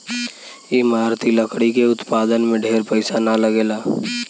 इमारती लकड़ी के उत्पादन में ढेर पईसा ना लगेला